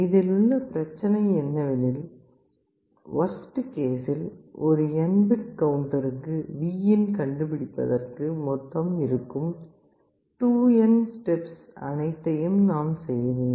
இதில் உள்ள பிரச்சனை என்னவெனில் வொர்ஸ்ட் கேஸில் ஒரு n பிட் கவுண்டருக்கு Vin கண்டுபிடிப்பதற்கு மொத்தம் இருக்கும் 2n ஸ்டெப்ஸ் அனைத்தையும் நாம் செய்ய வேண்டும்